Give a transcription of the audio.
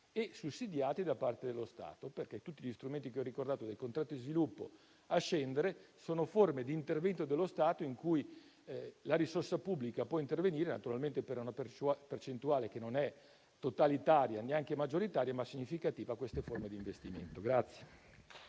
e sussidiati da parte dello Stato. Tutti gli strumenti che ho ricordato (dai contratti di sviluppo a scendere) sono forme di intervento dello Stato in cui la risorsa pubblica può intervenire per una percentuale che è non totalitaria e neanche maggioritaria, ma comunque significativa in queste forme di investimento.